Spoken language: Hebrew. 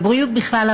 לבריאות בכלל,